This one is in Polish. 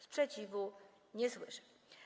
Sprzeciwu nie słyszę.